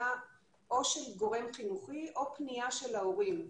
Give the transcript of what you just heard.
של גורם חינוכי או פנייה של ההורים.